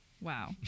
Wow